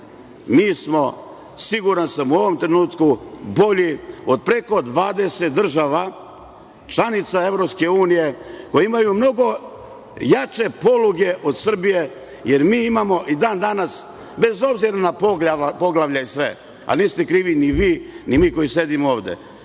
mi smo, siguran sam, u ovom trenutku bolji od preko 20 država članica EU koje imaju mnogo jače poluge od Srbije, jer mi imamo i dan danas, bez obzira na poglavlja i sve, a niste krivi ni vi, ni mi koji sedimo ovde,